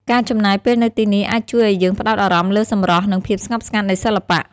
ការចំណាយពេលនៅទីនេះអាចជួយឲ្យយើងផ្តោតអារម្មណ៍លើសម្រស់ និងភាពស្ងប់ស្ងាត់នៃសិល្បៈ។